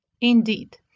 Indeed